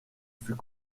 fut